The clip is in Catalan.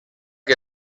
que